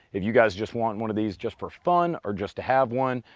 if you guys just want one of these just for fun or just to have one,